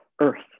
earth